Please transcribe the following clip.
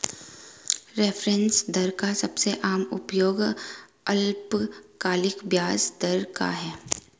reference दर का सबसे आम उपयोग अल्पकालिक ब्याज दर का है